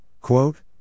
quote